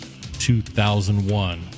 2001